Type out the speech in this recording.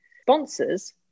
Sponsors